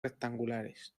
rectangulares